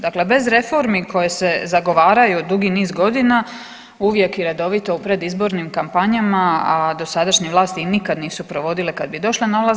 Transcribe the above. Dakle, bez reformi koje se zagovaraju dugi niz godina uvijek i redovito u predizbornim kampanjama, a dosadašnje vlasti ih nikad nisu provodite kad bi došle na vlast.